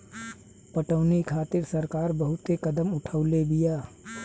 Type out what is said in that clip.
पटौनी खातिर सरकार बहुते कदम उठवले बिया